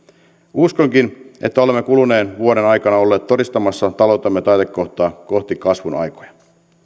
uskonkin että olemme kuluneen vuoden aikana olleet todistamassa taloutemme taitekohtaa kohti kasvun aikoja